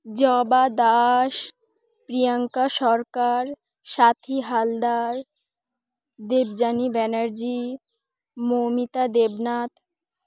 জবা দাস প্রিয়াঙ্কা সরকার সাথী হালদার দেবযানী ব্যানার্জি মৌমিতা দেবনাথ